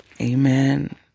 Amen